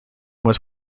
was